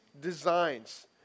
designs